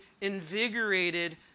invigorated